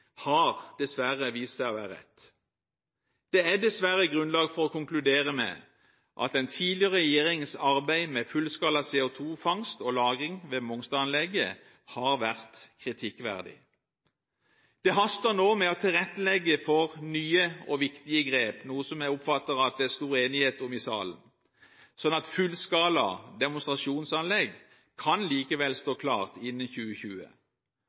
har dessverre vist seg å være rett. Det er dessverre grunnlag for å konkludere med at den tidligere regjeringens arbeid med fullskala CO2-fangst og -lagring ved Mongstad-anlegget har vært kritikkverdig. Det haster nå med å tilrettelegge for nye og viktige grep, noe som jeg oppfatter at det er stor enighet om i salen, slik at fullskala demonstrasjonsanlegg likevel kan stå klart innen 2020.